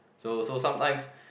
so so sometimes